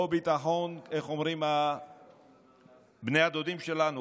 לא ביטחון, איך אומרים בני הדודים שלנו?